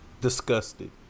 disgusted